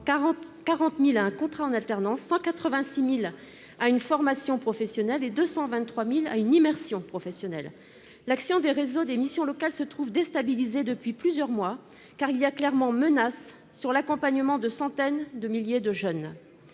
40 000 à un contrat en alternance, 186 000 à une formation professionnelle et 223 000 à une immersion professionnelle. L'action des réseaux des missions locales se trouve déstabilisée depuis plusieurs mois : l'accompagnement de centaines de milliers de jeunes